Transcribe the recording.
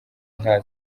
nka